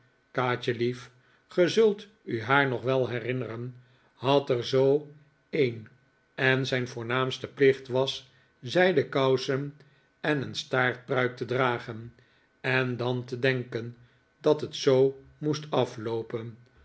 kaatjelief ge zult u haar nog wel herinneren had er zoo een en zijn voornaamste plicht was zijden kousen en een staartpruik te dragen en dan te denken dat het zoo moest afloopen